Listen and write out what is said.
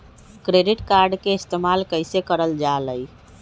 Credit card के इस्तेमाल कईसे करल जा लई?